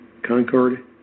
Concord